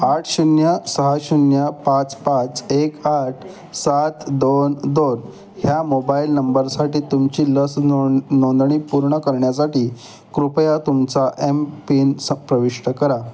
आठ शून्य सहा शून्य पाच पाच एक आठ सात दोन दोन ह्या मोबाईल नंबरसाठी तुमची लस नोन नोंदणी पूर्ण करण्यासाठी कृपया तुमचा एमपिन स प्रविष्ट करा